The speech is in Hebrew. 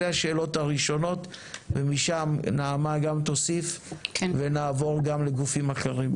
אלה השאלות הראשונות ומשם נעמה גם תוסיף ונעבור גם לגופים אחרים,